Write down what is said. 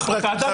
אתה אדם מופרך.